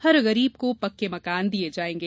हर गरीब को पक्के मकान दिए जाएंगे